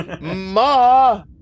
Ma